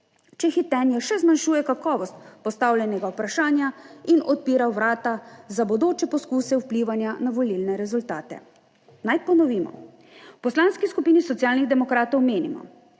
če hitenje še zmanjšuje kakovost postavljenega vprašanja in odpira vrata za bodoče poskuse vplivanja na volilne rezultate. Naj ponovimo: v Poslanski skupini Socialnih demokratov menimo,